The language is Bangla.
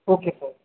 okay sir